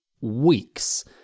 Weeks